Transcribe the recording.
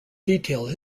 detailed